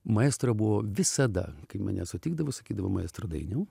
maestro buvo visada kai mane sutikdavo sakydavo maestro dainiau